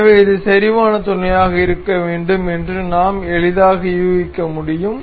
எனவே இது செறிவான துணையாக இருக்க வேண்டும் என்று நாம் எளிதாக யூகிக்க முடியும்